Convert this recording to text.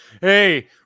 Hey